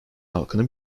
halkını